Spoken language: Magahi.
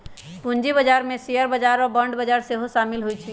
पूजी बजार में शेयर बजार आऽ बांड बजार सेहो सामिल होइ छै